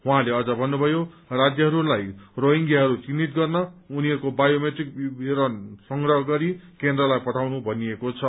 उहाँले अझ भन्नुभयो राज्यहरूलाई रोहिंग्याहरू चिन्हित गर्न उनीहरूको बायोमेट्रिक विवरण संग्रह गरी केन्द्रलाई पठाउनु भनिएको छ